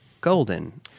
golden